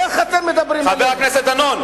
חבר הכנסת דנון.